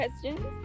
questions